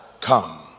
come